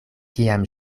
kiam